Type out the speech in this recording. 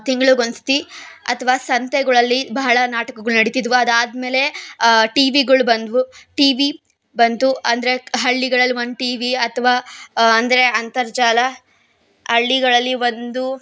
ತಿಂಗಳ್ಗೆ ಒಂದು ಸರ್ತಿ ಅಥವಾ ಸಂತೆಗಳಲ್ಲಿ ಬಹಳ ನಾಟಕಗಳು ನಡೀತಿದ್ದವು ಅದಾದ ಮೇಲೆ ಟಿವಿಗಳು ಬಂದವು ಟಿವಿ ಬಂತು ಅಂದರೆ ಹಳ್ಳಿಗಳಲ್ಲಿ ಒಂದು ಟಿವಿ ಅಥವಾ ಅಂದರೆ ಅಂತರ್ಜಾಲ ಹಳ್ಳಿಗಳಲ್ಲಿ ಒಂದು